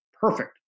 perfect